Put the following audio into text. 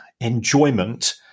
enjoyment